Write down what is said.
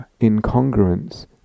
incongruence